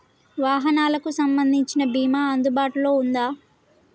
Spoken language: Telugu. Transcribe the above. వాహనాలకు సంబంధించిన బీమా అందుబాటులో ఉందా?